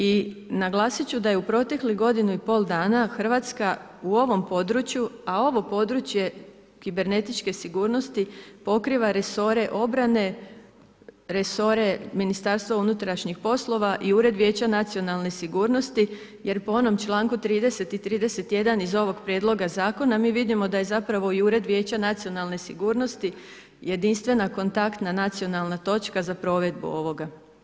I naglasit ću da je u proteklih godinu i pol dana Hrvatska u ovom području, a ovo područje kibernetičke sigurnosti pokriva resore obrane, resore MUP-a i Ured vijeća nacionalne sigurnosti jer po onom članku 30. i 31. iz ovog prijedloga zakona mi vidimo da je zapravo i Ured vijeća za nacionalnu sigurnost jedinstvena kontaktna nacionalna točka za provedbu ovoga.